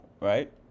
Right